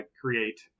create